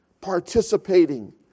participating